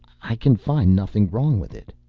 i can find nothing wrong with it.